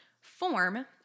form